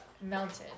melted